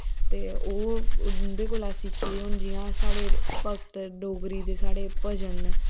ते ओह् उंदे कोला सिक्खी दा हून जियां साढ़े भगत साढ़े डोगरी दे भजन न